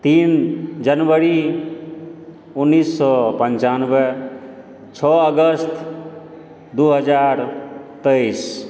तीन जनवरी उन्नैस सए पञ्चानबे छओ अगस्त दू हजार तेइस